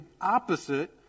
opposite